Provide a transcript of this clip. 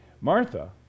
Martha